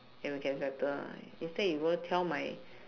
and we can settle ah instead you go tell my